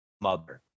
mother